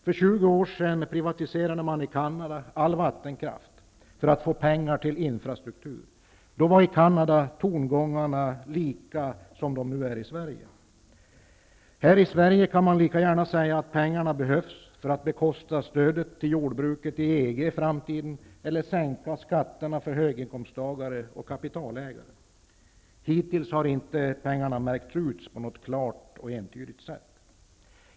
För 20 år sedan privatiserade man i Canada all vattenkraft för att få pengar till infrastruktur. Då var tongångarna i Canada desamma som de nu är i Sverige. Här i Sverige kan man lika gärna säga att pengarna behövs för att bekosta stödet till jordbruket i EG i framtiden eller för att sänka skatterna för höginkomsttagare och kapitalägare. Hittills har inte pengarna märkts ut på något klart och entydigt sätt.